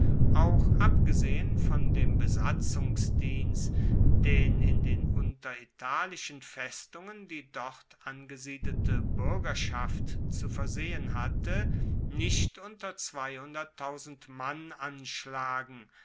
auch abgesehen von dem besatzungsdienst den in den unteritalischen festungen die dort angesiedelte buergerschaft zu versehen hatte nicht unter mann anschlagen